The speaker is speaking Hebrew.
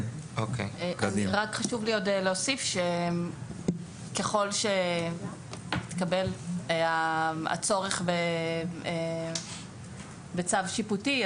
חשוב לי להוסיף שככל שיתקבל הצורך בצו שיפוטי,